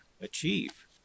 achieve